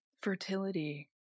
fertility